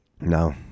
No